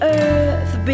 earth